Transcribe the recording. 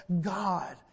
God